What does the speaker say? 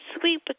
sweet